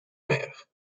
meer